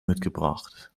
mitgebracht